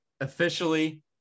officially